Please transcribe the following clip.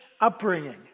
upbringing